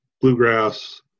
bluegrass